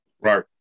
right